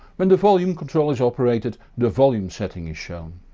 when the volume control is operated the volume setting is shown.